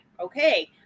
okay